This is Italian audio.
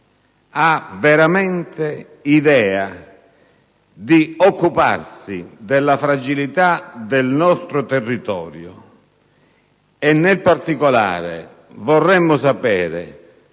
veramente occuparsi della fragilità del nostro territorio. In particolare, vorremmo sapere